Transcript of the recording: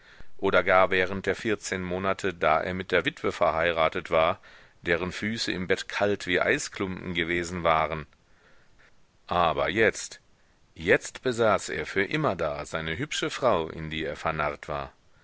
oder gar während der vierzehn monate da er mit der witwe verheiratet war deren füße im bett kalt wie eisklumpen gewesen waren aber jetzt jetzt besaß er für immerdar seine hübsche frau in die er vernarrt war